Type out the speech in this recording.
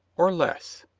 or less.